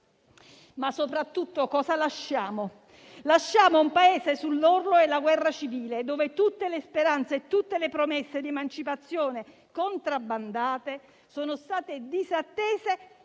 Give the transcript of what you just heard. Ma soprattutto cosa lasciamo? Lasciamo un Paese sull'orlo della guerra civile, dove tutte le speranze e tutte le promesse di emancipazione contrabbandate sono state disattese e